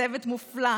צוות מופלא.